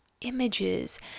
images